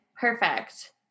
perfect